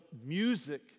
music